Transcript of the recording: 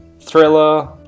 Thriller